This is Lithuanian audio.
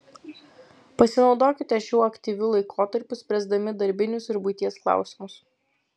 pasinaudokite šiuo aktyviu laikotarpiu spręsdami darbinius ir buities klausimus